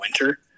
winter